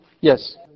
Yes